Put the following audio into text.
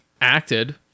acted